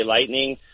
Lightning